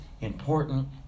important